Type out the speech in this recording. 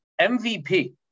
MVP